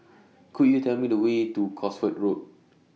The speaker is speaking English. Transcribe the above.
Could YOU Tell Me The Way to Cosford Road